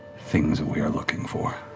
things that we are looking for.